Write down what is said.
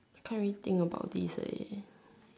can't really this about this eh